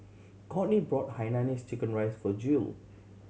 Kourtney brought hainanese checken rice for Jule